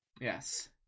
Yes